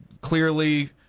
Clearly